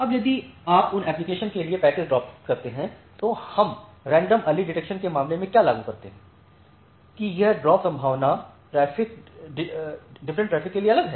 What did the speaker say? अब यदि आप उन एप्लीकेशन के लिए पैकेट्स ड्रापते हैं तो हम रैंडम अर्ली डिटेक्शनके मामले में क्या लागू करते हैं कि यह ड्रॉप संभावना डिफरेंटट्रैफ़िक के लिए अलग है